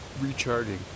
recharging